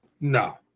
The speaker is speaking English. no